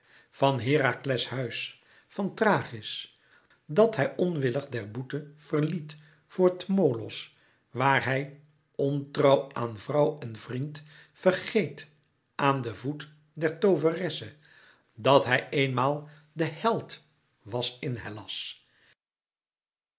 van herakles huis van thrachis dat hij onwillig der boete verliet voor tmolos waar hij ontrouw aan vrouw en vriend vergeet aan den voet der tooveresse dat hij eenmaal de held was in hellas